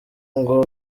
ngo